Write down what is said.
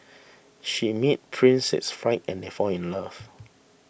she meets Princess fried and they fall in love